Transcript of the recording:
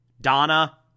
Donna